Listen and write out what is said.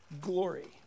glory